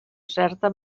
certa